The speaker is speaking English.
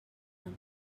down